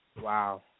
wow